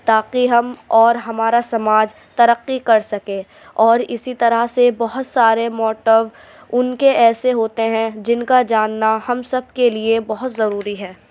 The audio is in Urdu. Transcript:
تاکہ ہم اور ہمارا سماج ترقی کر سکے اور اِسی طرح سے بہت سارے موٹو اُن کے ایسے ہوتے ہیں جن کا جاننا ہم سب کے لیے بہت ضروری ہے